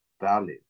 valid